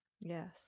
Yes